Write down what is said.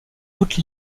toutes